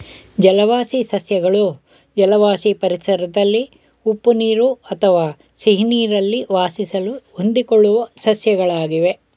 ಜಲವಾಸಿ ಸಸ್ಯಗಳು ಜಲವಾಸಿ ಪರಿಸರದಲ್ಲಿ ಉಪ್ಪು ನೀರು ಅಥವಾ ಸಿಹಿನೀರಲ್ಲಿ ವಾಸಿಸಲು ಹೊಂದಿಕೊಳ್ಳುವ ಸಸ್ಯಗಳಾಗಿವೆ